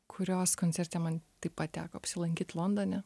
kurios koncerte man taip pat teko apsilankyt londone